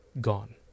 Gone